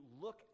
look